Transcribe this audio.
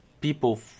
people